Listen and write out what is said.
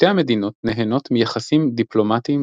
שתי המדינות נהנות מיחסים דיפלומטיים